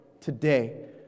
today